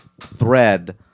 thread